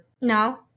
No